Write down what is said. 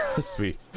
Sweet